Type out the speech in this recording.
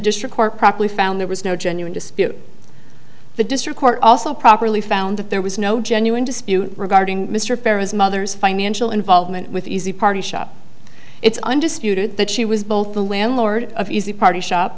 district court promptly found there was no genuine dispute the district court also properly found that there was no genuine dispute regarding mr perez mother's financial involvement with easy party shop it's undisputed that she was both the landlord of easy party shop